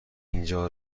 اینجا